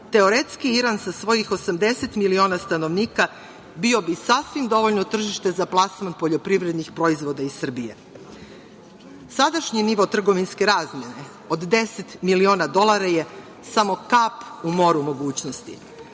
teoretski, Iran sa svojih 80 miliona stanovnika bio bi sasvim dovoljno tržište za plasman poljoprivrednih proizvoda iz Srbije. Sadašnji nivo trgovinske razmene od deset miliona dolara je samo kap u moru mogućnosti. Kao